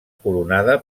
coronada